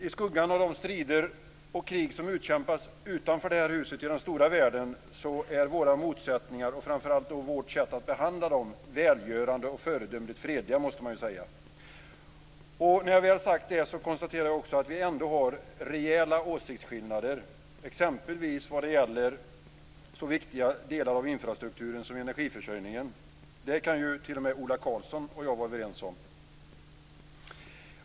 I skuggan av de strider och krig som utkämpas utanför det här huset i den stora världen är våra motsättningar och framför allt vårt sätt att behandla dem välgörande och föredömligt fredliga. När jag sagt det konstaterar jag att vi ändå har rejäla åsiktsskillnader, exempelvis vad gäller så viktiga delar av infrastrukturen som energiförsörjningen. Det kan t.o.m. Ola Karlsson och jag vara överens om.